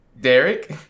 Derek